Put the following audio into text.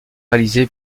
réalisé